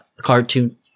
cartoon